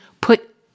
put